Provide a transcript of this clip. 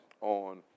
on